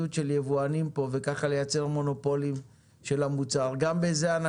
שבו יבואן יכול להכניס את המוצר לשוק הישראלי על